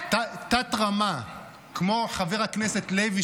תת-רמה כמו חבר הכנסת לוי,